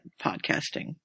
podcasting